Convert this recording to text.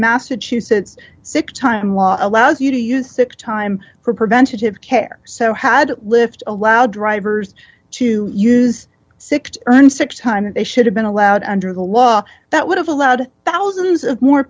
massachusetts six time law allows you to use sick time for preventative care so had lift allow drivers to use six to earn six times they should have been allowed under the law that would have allowed thousands of more